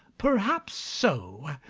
perhaps so.